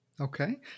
Okay